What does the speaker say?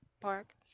Park